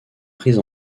prise